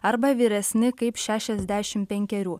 arba vyresni kaip šešiasdešimt penkerių